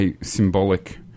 symbolic